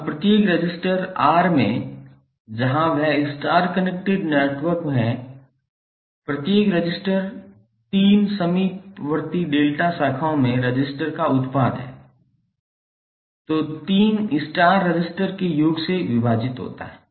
अब प्रत्येक resistor R में जहाँ वह स्टार कनेक्टेड नेटवर्क है प्रत्येक रेसिस्टर 3 समीपवर्ती डेल्टा शाखाओं में रेसिस्टर का उत्पाद है जो 3 स्टार रेसिस्टर के योग से विभाजित होता है